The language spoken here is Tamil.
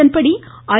இதன்படி ஐ